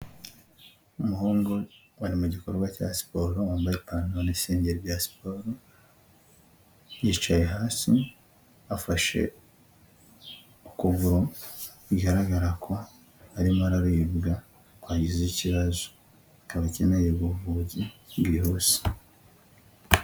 Umuhungu wari mu gikorwa cya siporo wambaye ipantaro n'isengeri bya siporo, yicaye hasi afashe ukuguru bigaragara ko arimo araribwa kwagize ikibazo, akaba akeneye ubuvuzi bwihuse.